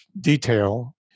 detail